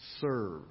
serve